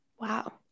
Wow